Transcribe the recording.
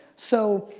so